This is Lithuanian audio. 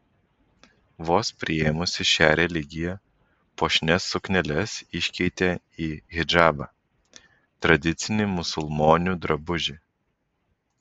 vos priėmusi šią religiją puošnias sukneles iškeitė į hidžabą tradicinį musulmonių drabužį